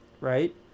right